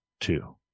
two